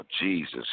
Jesus